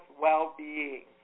well-being